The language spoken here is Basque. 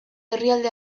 herrialde